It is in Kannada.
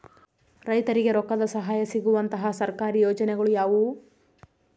ರೈತರಿಗೆ ರೊಕ್ಕದ ಸಹಾಯ ಸಿಗುವಂತಹ ಸರ್ಕಾರಿ ಯೋಜನೆಗಳು ಯಾವುವು?